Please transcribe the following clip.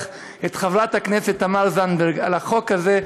את חברת הכנסת תמר זנדברג על החוק הזה,